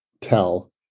tell